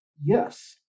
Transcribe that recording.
yes